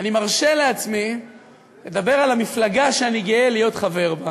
אני מרשה לעצמי לדבר על המפלגה שאני גאה להיות חבר בה,